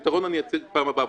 פתרון אני אציג פעם הבאה,